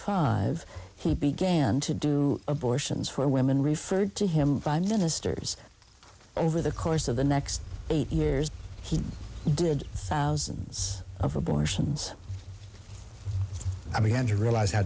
five he began to do abortions for women referred to him by ministers over the course of the next eight years he did thousands of abortions i began to realize how